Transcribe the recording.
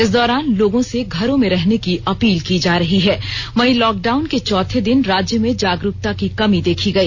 इस दौरान लोगों से घरों में रहने की अपील की जा रही है वहीं लॉकडाउन के चौथे दिन राज्य में जागरूकता की कमी देखी गई